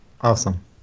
Awesome